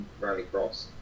Rallycross